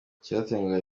icyitonderwa